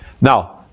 Now